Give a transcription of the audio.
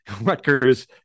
Rutgers